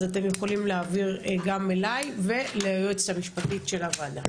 אז אתם יכולים להעביר גם אליי וגם ליועצת המשפטית של הוועדה.